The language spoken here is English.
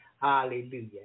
Hallelujah